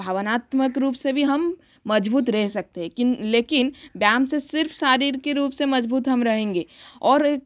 भावनात्मक रूप से भी हम मजबूत रह सकते लेकिन व्यायाम से सिर्फ शरीर के रूप से मजबूत हम रहेंगे और